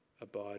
abide